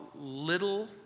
little